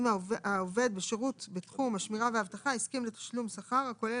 אם העובד בשירות בתחום השמירה והאבטחה הסכים לתשלום שכר הכולל